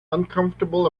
uncomfortable